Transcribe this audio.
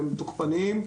הם תוקפניים.